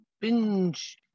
binge